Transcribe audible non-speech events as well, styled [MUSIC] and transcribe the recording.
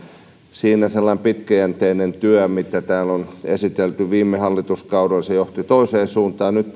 siinä sellainen pitkäjänteinen työ mitä täällä on esitelty viime hallituskaudella johti toiseen suuntaan nyt [UNINTELLIGIBLE]